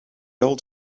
old